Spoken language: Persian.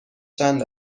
چند